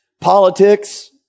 politics